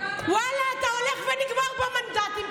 ואללה, אתה הולך ונגמר במנדטים.